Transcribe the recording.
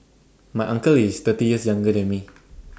my uncle is thirty years younger than me